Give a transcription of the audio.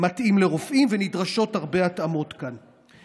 מתאים לרופאים, ונדרשות הרבה התאמות כאן.